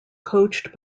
coached